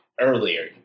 earlier